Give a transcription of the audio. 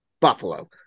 Buffalo